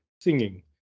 singing